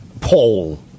Paul